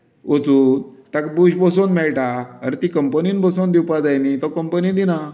वचून ताका बुश बसोवंक मेळटा अरे ती कंपनीन बसोवन दिवपाक जाय न्ही तो कंपनी दिना